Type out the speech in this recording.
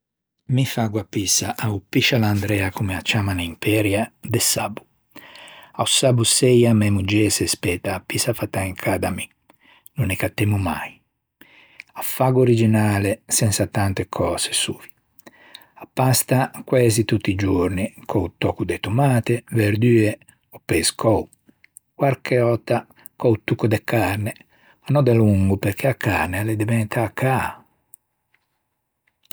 Mi faggo a pissa a-o piscialandrea comme â ciamman à Imperia, de sabbo. A-o sabbo seia mæ moggê a se speta a pissa fæta in cà da mi, no ne cattemmo mai. Â faggo originale sensa tante cöse sovia. A pasta quæxi tutti i giorni, co-o tocco de tomate, verdue ò pescou, quarche òtta co-o tocco de carne, no delongo perché a carne a l'é deventâ caa.